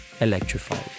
electrified